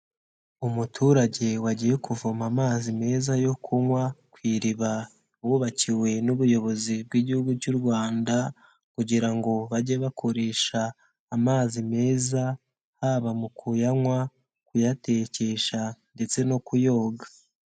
Umuturage wagiye kuvoma amazi meza yo kunywa ku iriba bubakiwe n'ubuyobozi bw'igihugu cy'u Rwanda, kugira ngo bajye bakoresha amazi meza haba mu kuyanywa, kuyatekesha ndetse no kuyoga.